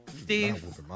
Steve